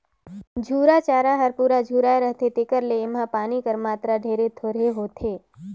झूरा चारा हर पूरा झुराए रहथे तेकर ले एम्हां पानी कर मातरा ढेरे थोरहें होथे